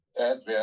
advent